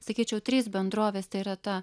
sakyčiau trys bendrovės tai yra ta